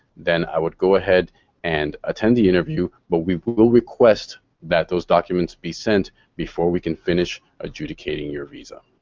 then i would go ahead and attend the interview, but we'll we'll request that those documents be sent before we can finish adjudicating your visa.